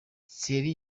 thierry